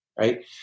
Right